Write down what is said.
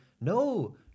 No